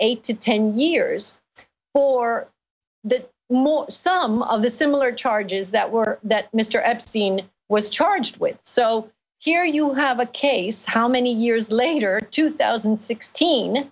eight to ten years or more some of the similar charges that were that mr epstein was charged with so here you have a case how many years later two thousand and sixteen